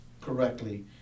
correctly